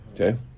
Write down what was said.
Okay